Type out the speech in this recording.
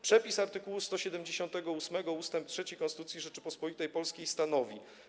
Przepis art. 178 ust. 3 Konstytucji Rzeczypospolitej Polskiej stanowi: